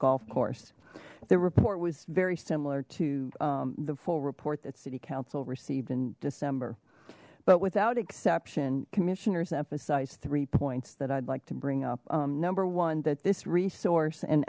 golf course the report was very similar to the full report that city council received in december but without exception commissioners emphasize three points that i'd like to bring up number one that this resource and